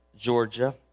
Georgia